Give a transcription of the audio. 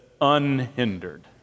unhindered